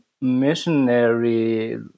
missionary